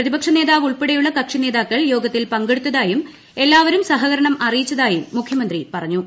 പ്രതിപക്ഷ നേതാവ് ഉൾപ്പെടെയുള്ള കക്ഷി നേതാക്കൾ യോഗത്തിൽ പങ്കെടുത്തായും എല്ലാവരും സഹകരണം അറിയിച്ചതായും മുഖ്യമന്ത്രി പറഞ്ഞു